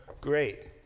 Great